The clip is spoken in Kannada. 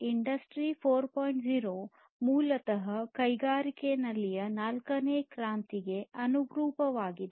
0 ಮೂಲತಃ ಕೈಗಾರಿಕೆಗಳಲ್ಲಿನ ನಾಲ್ಕನೇ ಕ್ರಾಂತಿಗೆ ಅನುರೂಪವಾಗಿದೆ